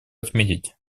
отметить